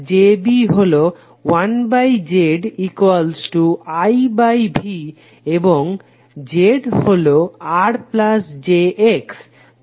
GjB হলো 1ZIV এবং Z হলো RjX